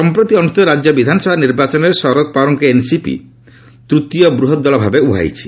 ସଂପ୍ରତି ଅନୁଷ୍ଠିତ ରାଜ୍ୟ ବିଧାନସଭା ନିର୍ବାଚନରେ ଶରଦ ପାୱାରଙ୍କ ଏନ୍ସିପି ତୃତୀୟ ବୃହତ୍ ଦଳ ଭାବେ ଉଭା ହୋଇଛି